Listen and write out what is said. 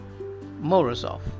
Morozov